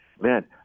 Man